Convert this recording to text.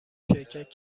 شرکت